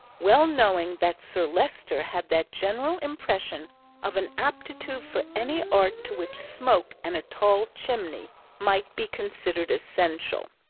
well knowing that sir leicester had that general impression of an aptitude for any art to which smoke and a tall chimney might be considered essential.